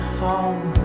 home